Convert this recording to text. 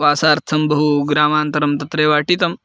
वासार्थं बहु ग्रामान्तरं तत्रैव अटितम्